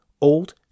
old